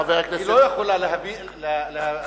חבר הכנסת, לא יכולה להביע את דעתה.